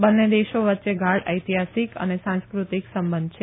બંને દેશો વચ્ચે ગાઢ ઐતિહાસીક અને સાંસ્કૃતિક સંબંધ છે